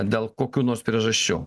dėl kokių nors priežasčių